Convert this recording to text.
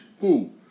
cool